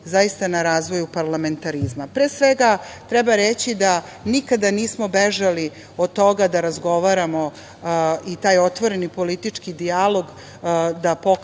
zaista na razvoju parlamentarizma. Pre svega, treba reći da nikada nismo bežali od toga da razgovaramo i taj otvoreni politički dijalog da pokrenemo,